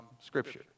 Scripture